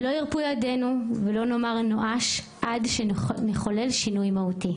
לא ירפו ידינו ולא נאמר נואש עד שנחולל שינוי מהותי,